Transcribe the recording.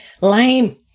Lame